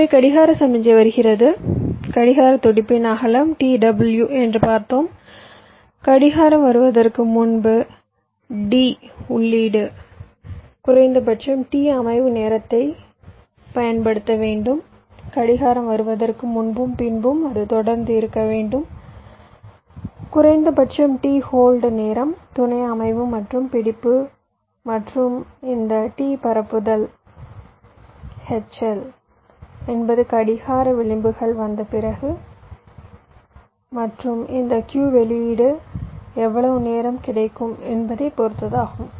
எனவே கடிகார சமிக்ஞை வருகிறது கடிகார துடிப்பின் அகலம் t w என்று பார்த்தோம் கடிகாரம் வருவதற்கு முன்பு D உள்ளீடு குறைந்தபட்சம் t அமைவு நேரத்தைப் பயன்படுத்த வேண்டும் கடிகாரம் வருவதற்கு முன்பும் பின்பும் அது தொடர்ந்து இருக்க வேண்டும் குறைந்தபட்சம் t ஹோல்ட் நேரம் துணை அமைவு மற்றும் பிடிப்பு மற்றும் இந்த t பரப்புதல் hl என்பது கடிகார விளிம்புகள் வந்த பிறகு மற்றும் இந்த Q வெளியீடு எவ்வளவு நேரம் கிடைக்கும் என்பதை பொறுத்ததாகும்